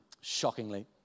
shockingly